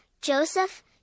Joseph